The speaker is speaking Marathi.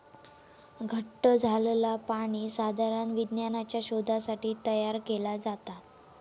घट्ट झालंला पाणी साधारण विज्ञानाच्या शोधासाठी तयार केला जाता